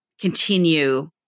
continue